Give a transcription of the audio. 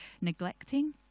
neglecting